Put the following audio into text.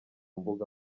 mbuga